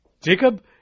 Jacob